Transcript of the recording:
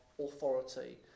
authority